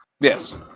Yes